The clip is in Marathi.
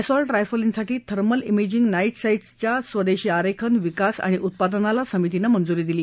अस्टील्ट रायफलींसाठी थर्मल वेजिंग नाईट साईट्सच्या स्वदेशी आरेखन विकास आणि उत्पादनाला समितीनं मंजुरी दिली